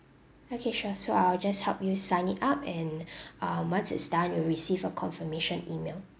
okay sure so I'll just help you sign it up and um once it's done you'll receive a confirmation email